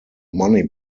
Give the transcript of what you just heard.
money